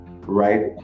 right